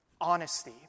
honesty